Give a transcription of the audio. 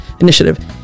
initiative